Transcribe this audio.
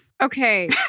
Okay